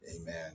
amen